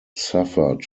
suffered